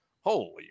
holy